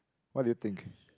what do you think